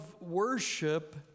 worship